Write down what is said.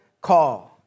call